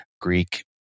Greek